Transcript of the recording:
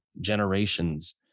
generations